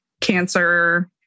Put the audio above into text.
cancer